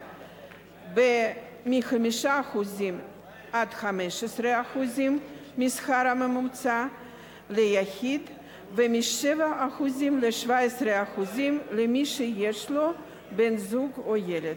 מ-5% ל-15% מהשכר הממוצע ליחיד ומ-7% ל-17% למי שיש לו בן-זוג או ילד.